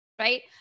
right